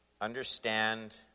understand